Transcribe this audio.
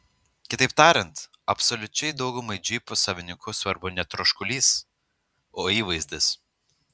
kitaip tariant absoliučiai daugumai džipų savininkų svarbu ne troškulys o įvaizdis